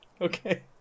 Okay